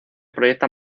proyecta